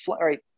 right